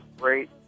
great